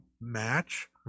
match